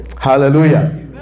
Hallelujah